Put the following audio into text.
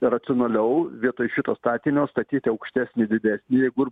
racionaliau vietoj šito statinio statyti aukštesnį didesnį jeigu ir